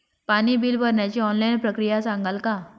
पाणी बिल भरण्याची ऑनलाईन प्रक्रिया सांगाल का?